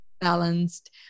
balanced